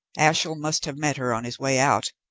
ashiel must have met her on his way out,